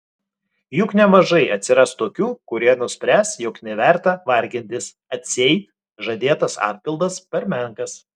juk nemažai atsiras tokių kurie nuspręs jog neverta vargintis atseit žadėtas atpildas per menkas